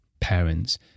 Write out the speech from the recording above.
parents